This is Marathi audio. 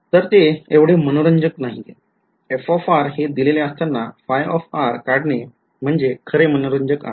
तर ते एवढे मनोरंजक नाहीये f हे दिलेले असताना काढणे म्हणजे खरे मनोरंजक आहे